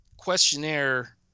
questionnaire